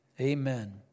Amen